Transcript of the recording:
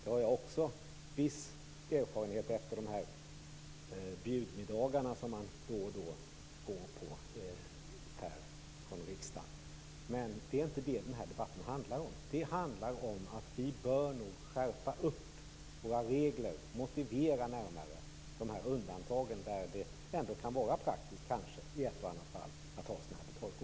Det har jag också viss erfarenhet av efter de bjudmiddagar som man då och då går på. Men det är inte det den här debatten handlar om. Den handlar om att vi nog bör skärpa upp våra regler och närmare motivera de undantag där det i ett och annat fall kan vara praktiskt att ha betalkort.